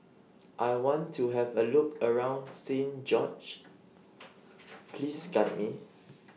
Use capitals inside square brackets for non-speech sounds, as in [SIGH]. [NOISE] I want to Have A Look around Saint George [NOISE] Please Guide Me